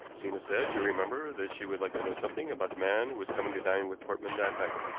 zena said, you remember, that she would like to know something about the man who was coming to dine with portman that night.